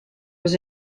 was